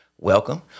Welcome